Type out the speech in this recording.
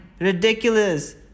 Ridiculous